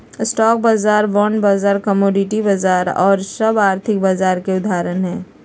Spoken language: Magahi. स्टॉक बाजार, बॉण्ड बाजार, कमोडिटी बाजार आउर सभ आर्थिक बाजार के उदाहरण हइ